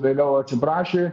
vėliau atsiprašė